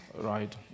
Right